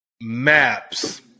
Maps